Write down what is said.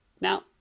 Now